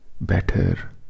better